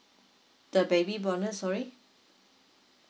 the baby bonus sorry